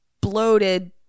bloated